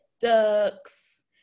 ducks